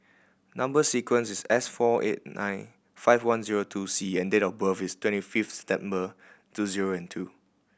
number sequence is S four eight nine five one zero two C and date of birth is twenty fifth September two zero and two